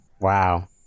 Wow